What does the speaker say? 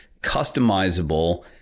customizable